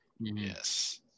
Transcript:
Yes